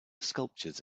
sculptures